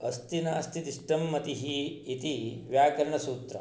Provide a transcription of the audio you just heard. अस्ति नास्ति दिष्टं मतिः इति व्याकारणसूत्रम्